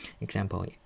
Example